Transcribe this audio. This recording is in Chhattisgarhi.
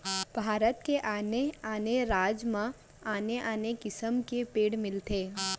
भारत के आने आने राज म आने आने किसम के पेड़ मिलथे